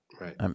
right